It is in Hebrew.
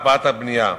הקפאת הבנייה?